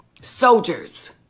Soldiers